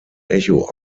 echo